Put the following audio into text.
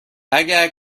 اگر